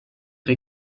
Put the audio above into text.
les